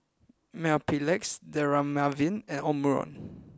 Mepilex Dermaveen and Omron